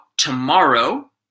tomorrow